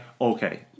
okay